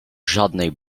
żadnej